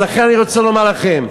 לכן אני רוצה לומר לכם,